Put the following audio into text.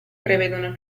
prevedono